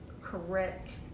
correct